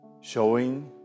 showing